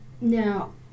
Now